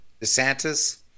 DeSantis